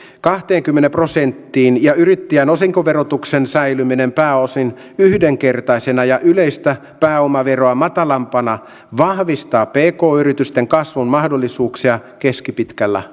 kahteenkymmeneen prosenttiin ja yrittäjän osinkoverotuksen säilyminen pääosin yhdenkertaisena ja yleistä pääomaveroa matalampana vahvistaa pk yritysten kasvun mahdollisuuksia keskipitkällä